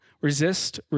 resist